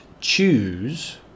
choose